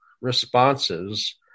responses